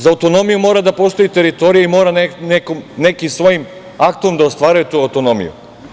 Za autonomiju mora da postoji teritorija i mora nekim svojim aktom da ostvaruje tu autonomiju.